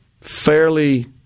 fairly